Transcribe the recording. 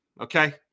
Okay